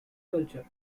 culture